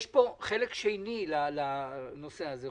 יש פה חלק שני לנושא הזה,